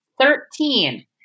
thirteen